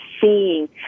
seeing